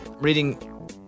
reading